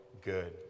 good